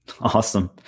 Awesome